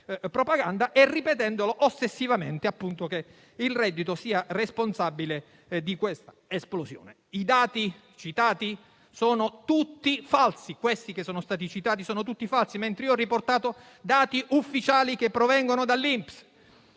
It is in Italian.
si ripete ossessivamente che il reddito è responsabile di questa esplosione. I dati citati sono tutti falsi, mentre ho riportato quelli ufficiali, provenienti dall'INPS.